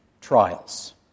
trials